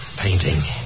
painting